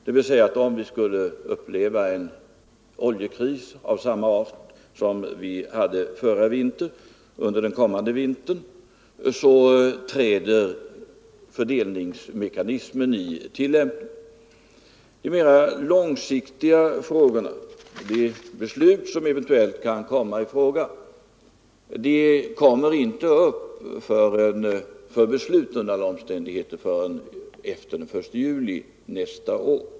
Om vi i vinter skulle uppleva en oljekris av samma art som förra vintern, så träder fördelningsmekanismen i tillämpning. De mera långsiktiga frågorna och de beslut som eventuellt kan komma i fråga, tas under alla omständigheter inte upp förrän efter den 1 juli nästa år.